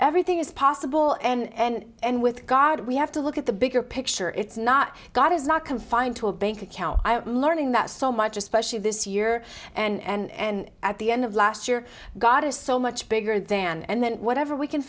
everything is possible and with god we have to look at the bigger picture it's not god is not confined to a bank account i am learning that so much especially this year and at the end of last year god is so much bigger than and then whatever we can